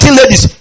ladies